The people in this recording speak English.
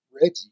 reggie